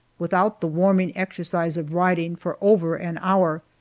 without the warming exercise of riding, for over an hour,